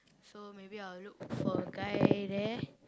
so maybe I will look for a guy there